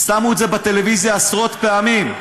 שמו את זה בטלוויזיה עשרות פעמים.